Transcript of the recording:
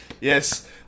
Yes